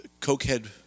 Cokehead